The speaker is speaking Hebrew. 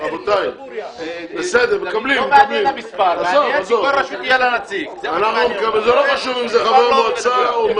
--- לא חשוב אם זה חבר מועצה,